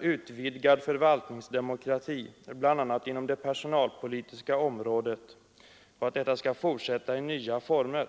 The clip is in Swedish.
utvidgad förvaltningsdemokrati bl.a. inom det personalpolitiska området skall fortsätta i nya former.